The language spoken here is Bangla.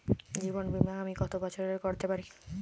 জীবন বীমা আমি কতো বছরের করতে পারি?